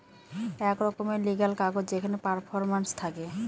এক রকমের লিগ্যাল কাগজ যেখানে পারফরম্যান্স থাকে